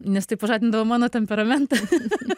nes tai pažadindavo mano temperamentą